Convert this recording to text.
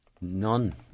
None